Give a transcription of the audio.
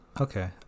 okay